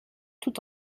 tout